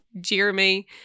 Jeremy